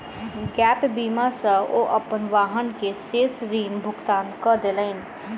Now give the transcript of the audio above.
gap बीमा सॅ ओ अपन वाहन के शेष ऋण भुगतान कय देलैन